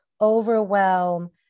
overwhelm